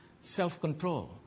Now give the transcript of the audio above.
self-control